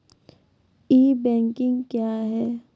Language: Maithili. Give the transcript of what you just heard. ई बैंकिंग क्या हैं?